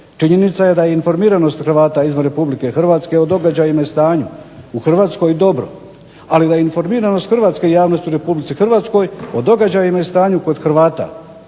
Činjenica je da je informiranost Hrvata izvan RH o događajima i stanju u Hrvatskoj dobro, ali da je informiranost hrvatske javnosti u RH o događajima i stanju kod Hrvata